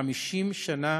50 שנה